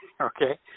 okay